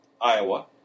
Iowa